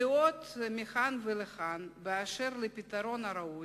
יש דעות לכאן ולכאן בדבר הפתרון הראוי,